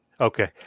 Okay